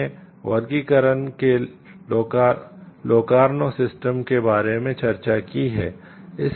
हमने वर्गीकरण के लोकार्नो सिस्टम के बारे में चर्चा की है